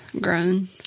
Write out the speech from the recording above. grown